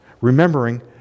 Remembering